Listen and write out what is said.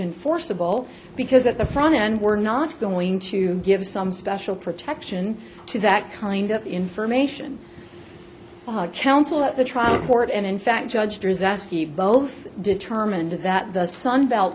enforceable because at the front end we're not going to give some special protection to that kind of information counsel at the trial court and in fact judge disaster both determined that the sunbelt